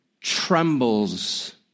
trembles